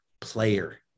player